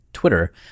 Twitter